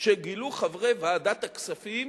שגילו חברי ועדת הכספים,